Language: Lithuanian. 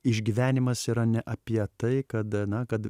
išgyvenimas yra ne apie tai kad na kad